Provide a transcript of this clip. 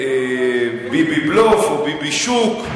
"ביביבלוף", או "ביבישוק",